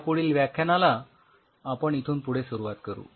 यापुढील व्याख्यानाला आपण इथून पुढे सुरुवात करू